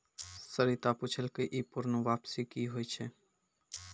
सरिता पुछलकै ई पूर्ण वापसी कि होय छै?